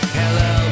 hello